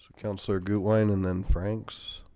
counselor good wine and then frank's